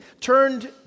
turned